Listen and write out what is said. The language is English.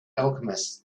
alchemists